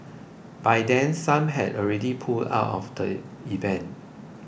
by then some had already pulled out of the event